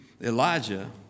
Elijah